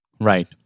Right